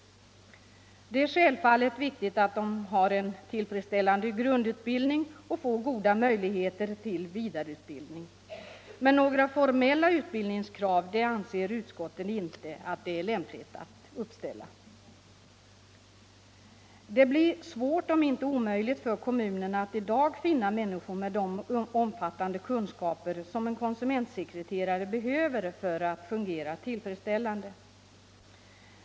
Det är självfallet viktigt att de har en tillfredsställande grundutbildning och får goda möjligheter till vidareutbildning. Några formella utbildningskrav anser utskottet inte att det är lämpligt att uppställa.” Det blir svårt — om inte omöjligt — för kommunerna att i dag finna människor med de omfattande kunskaper som en konsumentsekreterare behöver för att fungera tillfredsställande.